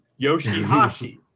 Yoshihashi